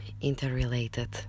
interrelated